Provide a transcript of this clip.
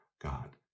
God